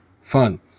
fun